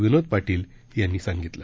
विनोद पाटील यांनी सांगितले